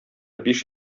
биш